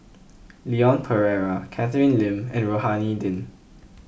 Leon Perera Catherine Lim and Rohani Din